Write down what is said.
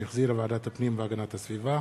שהחזירה ועדת הפנים והגנת הסביבה.